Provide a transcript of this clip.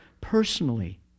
personally